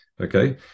Okay